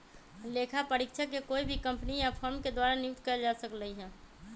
लेखा परीक्षक के कोई भी कम्पनी या फर्म के द्वारा नियुक्त कइल जा हई